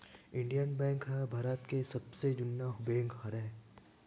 Indian bank ह भारत के सबले जुन्ना बेंक हरय